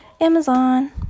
Amazon